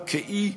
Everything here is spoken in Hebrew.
כאי,